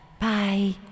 Bye